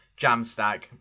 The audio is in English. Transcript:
Jamstack